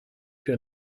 più